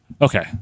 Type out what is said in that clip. Okay